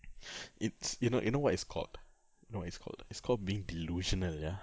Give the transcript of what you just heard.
it's you know you know what it's called you know what it's called it's called being delusional ya